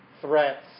threats